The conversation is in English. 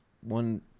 one